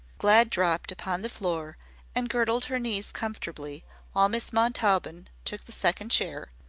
glad dropped upon the floor and girdled her knees comfortably while miss montaubyn took the second chair,